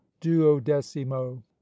duodecimo